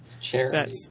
Charity